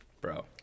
Bro